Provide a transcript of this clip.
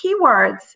keywords